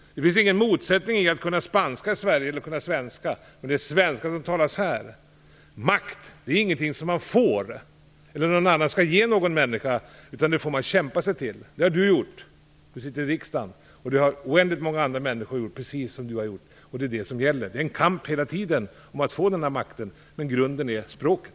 Det finns ingen motsättning i att kunna spanska i Sverige eller att kunna svenska, men det är svenska som talas här. Makt är ingenting som man får eller som någon annan skall ge någon människa, utan det får man kämpa sig till. Det har Juan Fonseca gjort - han sitter i riksdagen - och det har oändligt många andra människor gjort, precis som han, och det är det som gäller. Det är en kamp hela tiden om att få denna makt, men grunden är språket.